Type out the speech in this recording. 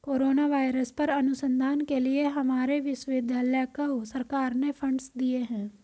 corona virus पर अनुसंधान के लिए हमारे विश्वविद्यालय को सरकार ने फंडस दिए हैं